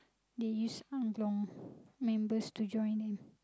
they use angklung members to join them